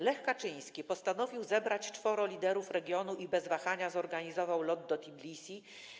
Lech Kaczyński postanowił zebrać czworo liderów regionu i bez wahania zorganizował lot do Tbilisi.